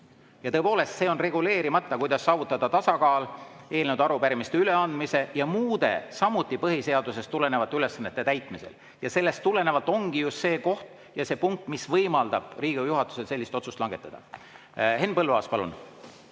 Ja tõepoolest, see on reguleerimata, kuidas saavutada tasakaal eelnõude ja arupärimiste üleandmise ja muude, samuti põhiseadusest tulenevate ülesannete täitmisel. Ja sellest tulenevalt ongi just see koht ja see punkt, mis võimaldab Riigikogu juhatusel sellist otsust langetada. Henn Põlluaas, palun!